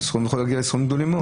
להגיע לסכומים גדולים מאוד.